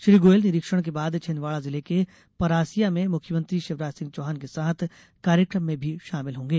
श्री गोयल निरीक्षण के बाद छिन्दवाड़ा जिले के परासिया में मुख्यमंत्री शिवराज सिंह चौहान के साथ कार्यक्रम में भी शामिल होंगे